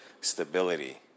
stability